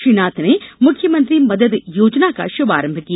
श्री नाथ ने मुख्यमंत्री मदद योजना का शुभारंभ किया